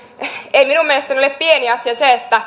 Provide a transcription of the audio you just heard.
minun mielestäni ole pieni asia se että